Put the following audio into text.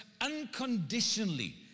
unconditionally